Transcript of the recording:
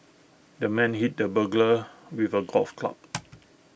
the man hit the burglar with A golf club